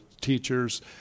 teachers